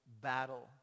battle